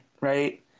right